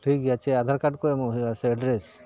ᱴᱷᱤᱠ ᱜᱮᱭᱟ ᱟᱪᱪᱷᱟ ᱟᱫᱷᱟᱨ ᱠᱟᱨᱰ ᱠᱚ ᱮᱢᱚᱜ ᱦᱩᱭᱩᱜᱼᱟ ᱥᱮ ᱮᱰᱨᱮᱥ